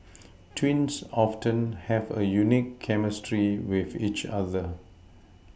twins often have a unique chemistry with each other